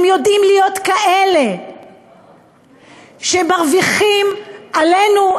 הם יודעים להיות כאלה שמרוויחים עלינו,